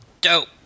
dope